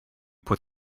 put